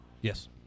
Yes